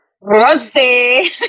Rosie